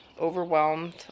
overwhelmed